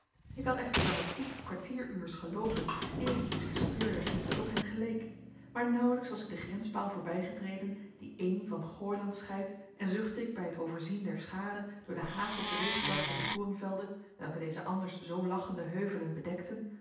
ik had echter wel een goed kwartieruurs geloopen eer ik iets bespeurde dat op hen geleek maar nauwelijks was ik den grenspaal voorbijgetreden die eem van gooiland scheidt en zuchtte ik bij het overzien der schade door den hagel teweeggebracht in de korenvelden welke deze anders zoo lachende heuvelen bedekten